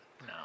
No